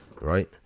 right